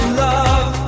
love